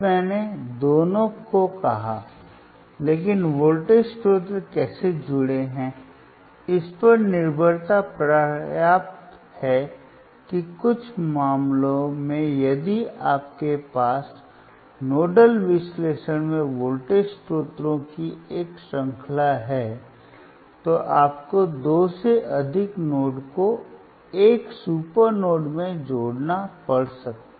अब मैंने दोनों को कहा लेकिन वोल्टेज स्रोत कैसे जुड़े हैं इस पर निर्भरता पर्याप्त है कि कुछ मामलों में यदि आपके पास नोडल विश्लेषण में वोल्टेज स्रोतों की एक श्रृंखला है तो आपको दो से अधिक नोड्स को एक सुपर नोड में जोड़ना पड़ सकता है